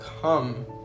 come